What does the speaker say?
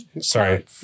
Sorry